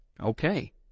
okay